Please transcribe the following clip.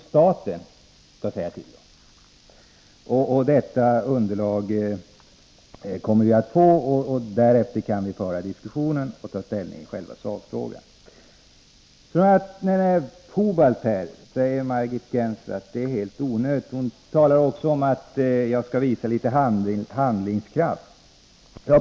Sedan vi fått detta underlag kan vi föra diskussionen utifrån det och ta ställning till själva sakfrågan. Margit Gennser anser Fobalt vara helt onödig. Hon talade också om att jag borde visa handlingskraft.